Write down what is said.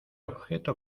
objeto